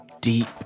deep